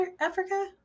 Africa